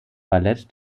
ballett